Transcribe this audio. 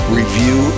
review